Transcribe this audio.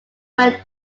went